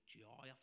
joy